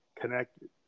connected